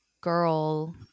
girl